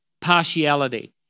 partiality